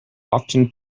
often